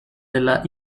della